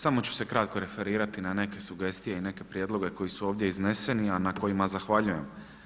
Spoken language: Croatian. Samo ću se kratko referirati na neke sugestije i neke prijedloge koji su ovdje izneseni, a na kojima zahvaljujem.